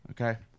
Okay